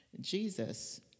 Jesus